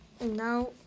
now